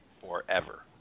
forever